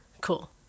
Cool